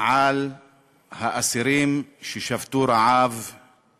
על האסירים ששבתו רעב ונרצחו,